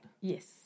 Yes